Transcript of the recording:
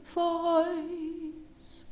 voice